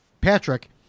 Patrick